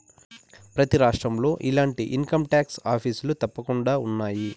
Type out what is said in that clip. ప్రతి రాష్ట్రంలో ఇలాంటి ఇన్కంటాక్స్ ఆఫీసులు తప్పకుండా ఉన్నాయి